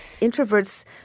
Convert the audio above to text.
Introverts